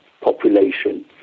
population